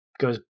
goes